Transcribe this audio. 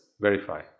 verify